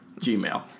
Gmail